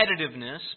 competitiveness